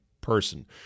person